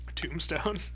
Tombstone